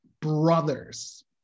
brothers